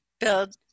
Build